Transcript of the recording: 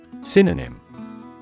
Synonym